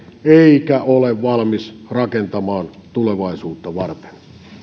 eikä ole valmis rakentamaan tulevaisuutta varten